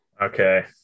Okay